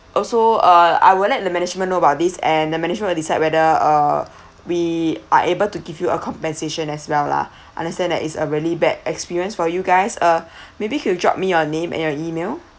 also uh I will let the management know about this and the management will decide whether uh we are able to give you a compensation as well lah understand that it's a really bad experience for you guys uh maybe could you drop me your name and your email